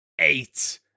Eight